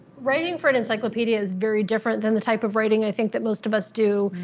writing for an encyclopedia is very different than the type of writing, i think, that most of us do,